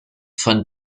von